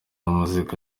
muzika